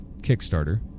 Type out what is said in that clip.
Kickstarter